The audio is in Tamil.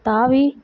தாவி